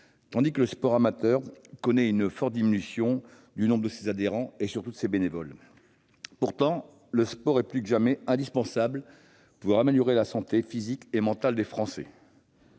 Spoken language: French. tandis que le sport amateur connaît une forte diminution du nombre de ses adhérents et, surtout, de ses bénévoles. Pourtant, le sport est plus que jamais indispensable pour améliorer la santé physique et mentale des Français.